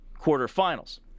quarterfinals